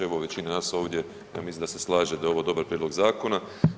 Evo, većina nas ovdje, ja mislim da se slaže da je ovo dobar prijedlog zakona.